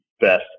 best